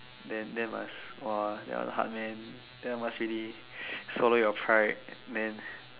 then then must !wah! that one hard man that one must really swallow your pride then